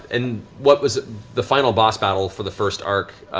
in what was the final boss battle for the first arc,